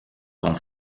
ton